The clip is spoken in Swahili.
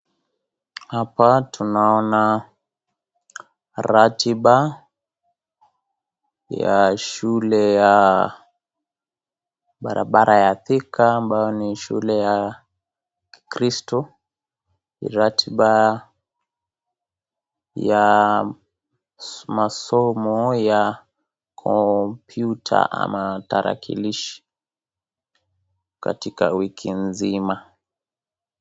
Hapa tunaona ratiba, ya shule ya barabara ya Thika ambayo ni shule ya, Kristu ratiba ya masomo ya kompyuta ama tarakilishi katika wiki nzima.